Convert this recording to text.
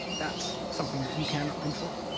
that's something that you cannot control.